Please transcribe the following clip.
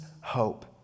hope